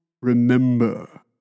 remember